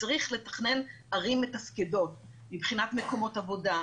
צריך לתכנן ערים מתפקדות מבחינת מקומות עבודה,